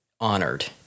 honored